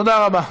תודה רבה.